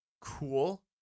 cool